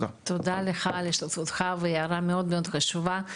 תודה רבה על השתתפותך וההערה המאוד מאוד חשובה.